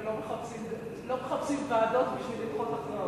ולא מחפשים ועדות בשביל לדחות הכרעות.